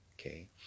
Okay